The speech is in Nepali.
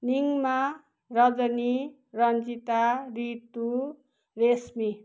निङ्मा रजनी रन्जिता रितु रेशमी